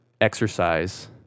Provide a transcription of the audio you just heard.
exercise